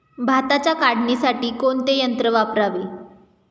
भाताच्या काढणीसाठी कोणते यंत्र वापरावे?